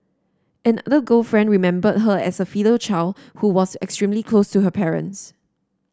another girlfriend remembered her as a filial child who was extremely close to her parents